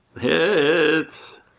Hits